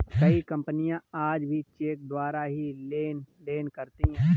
कई कपनियाँ आज भी चेक द्वारा ही लेन देन करती हैं